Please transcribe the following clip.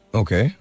okay